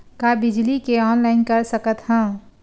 का बिजली के ऑनलाइन कर सकत हव?